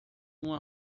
uma